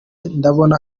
ndabona